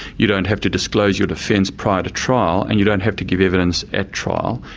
you don't have to disclose your defence prior to trial and you don't have to give evidence at trial.